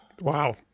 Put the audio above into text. Wow